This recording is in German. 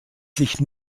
sich